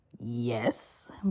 Yes